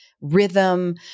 rhythm